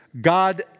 God